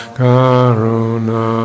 Karuna